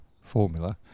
formula